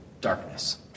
darkness